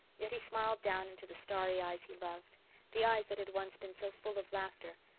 yet he smiled down into the starry eyes he loved the eyes that had once been so full of laughter,